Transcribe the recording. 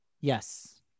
Yes